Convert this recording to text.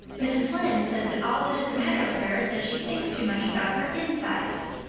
mrs. lynde says that all that is the matter with her is that she thinks too much about her insides.